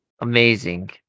amazing